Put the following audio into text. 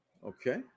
Okay